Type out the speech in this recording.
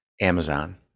Amazon